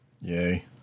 Yay